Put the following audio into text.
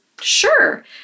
sure